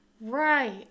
Right